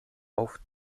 auf